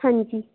ਹਾਂਜੀ